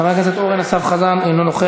חבר הכנסת אורן אסף חזן, אינו נוכח.